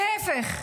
להפך,